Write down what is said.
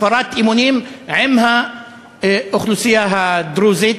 הפרת אמונים עם האוכלוסייה הדרוזית.